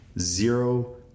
Zero